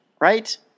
right